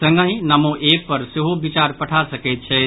संगहि नमो एप पर सेहो विचार पठा सकैत छथि